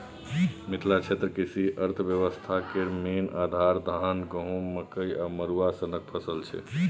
मिथिला क्षेत्रक कृषि अर्थबेबस्था केर मेन आधार, धान, गहुँम, मकइ आ मरुआ सनक फसल छै